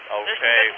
okay